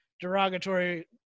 derogatory